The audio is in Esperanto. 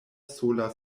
sola